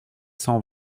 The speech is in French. cent